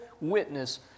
witness